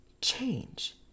change